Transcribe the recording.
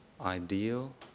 ideal